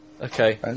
Okay